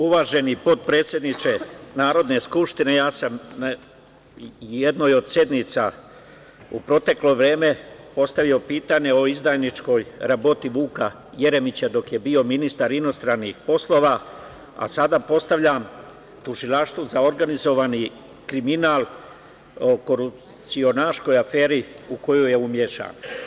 Uvaženi potpredsedniče Narodne skupštine, ja sam na jednoj od sednica u proteklo vreme postavio pitanje o izdajničkoj raboti Vuka Jeremića dok je bio ministar inostranih poslova, a sada postavljam Tužilaštvu za organizovani kriminal o korupcionaškoj aferi u koju je umešan.